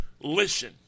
listen